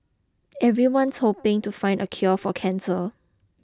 everyone's hoping to find a cure for cancer